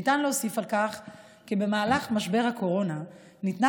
ניתן להוסיף על כך כי במהלך משבר הקורונה ניתנה